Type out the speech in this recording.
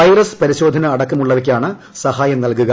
virus പരിശോധന അടക്കമുള്ളവയ്ക്കാണ് സഹായം നൽകുക